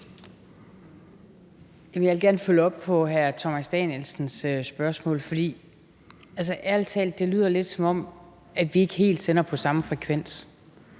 Jeg vil gerne følge op på hr. Thomas Danielsens spørgsmål, for det lyder ærlig talt, som om vi ikke helt sender på samme frekvens.